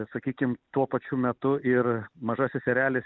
sakykim tuo pačiu metu ir mažasis erelis